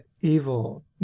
evil